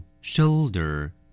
Shoulder